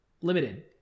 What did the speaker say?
Limited